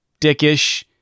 dickish